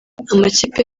amakipe